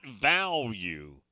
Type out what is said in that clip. value